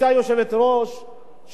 שום האשמה פלילית